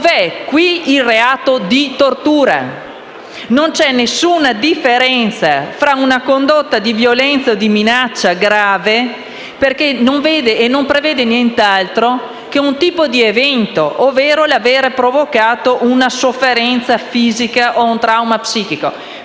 Dove è qui il reato di tortura? Non c'è alcuna differenza tra una condotta di violenza o di minaccia grave, perché non prevede nient'altro che un tipo di evento, ovvero l'aver provocato una sofferenza fisica o un trauma psichico.